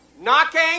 Knocking